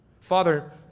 Father